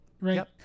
Right